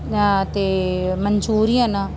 ਅਤੇ ਮਨਚੁਰੀਅਨ